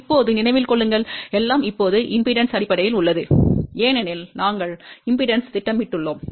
இப்போது நினைவில் கொள்ளுங்கள் எல்லாம் இப்போது மின்மறுப்பின் அடிப்படையில் உள்ளது ஏனெனில் நாங்கள் மின்மறுப்பைத் திட்டமிட்டுள்ளோம்